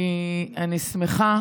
אני שמחה